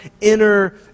inner